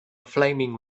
flaming